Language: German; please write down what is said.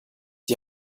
die